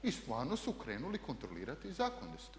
I stvarno su krenuli kontrolirati zakon.